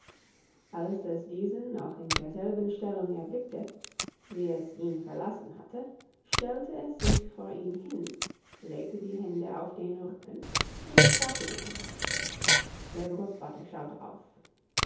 als es diesen noch in derselben stellung erblickte wie es ihn verlassen hatte stellte es sich vor ihn hin legte die hände auf den rücken und betrachtete ihn der großvater schaute auf